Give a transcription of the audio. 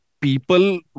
people